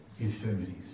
Infirmities